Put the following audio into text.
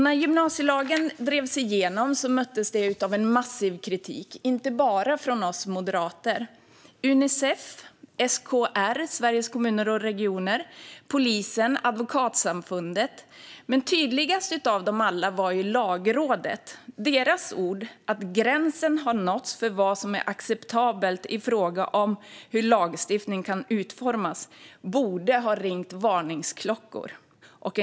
När gymnasielagen drevs igenom möttes det av en massiv kritik, inte bara från oss moderater utan från Unicef, Sveriges Kommuner och Regioner, polisen och Advokatsamfundet. Men tydligast av alla var Lagrådet. Deras ord, att gränsen har nåtts för vad som är acceptabelt i fråga om hur lagstiftning kan utformas, borde ha fått varningsklockorna att ringa.